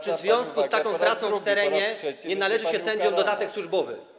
Czy w związku z taką pracą w terenie nie należy się sędziom dodatek służbowy?